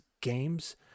games